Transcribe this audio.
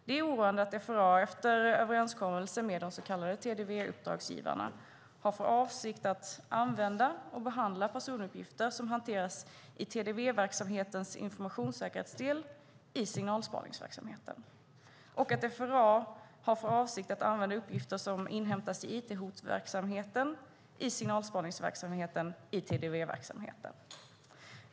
Det är oroande att FRA, efter överenskommelse med de så kallade TDV-uppdragsgivarna, har för avsikt att använda och behandla personuppgifter som hanteras i TDV-verksamhetens informationssäkerhetsdel i signalspaningsverksamheten och att FRA har för avsikt att använda uppgifter som inhämtas i it-hotsverksamheten i signalspaningsverksamheten i TDV-verksamheten.